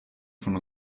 von